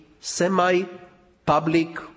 semi-public